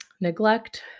neglect